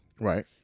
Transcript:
Right